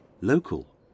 local